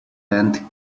end